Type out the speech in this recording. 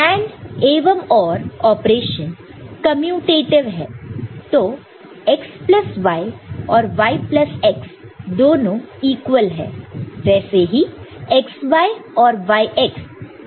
AND एवं OR operation commutative है तो x प्लस y और y प्लस x दोनों इक्वल है वैसे ही xy और yx बी इक्वल है